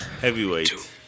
Heavyweight